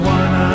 one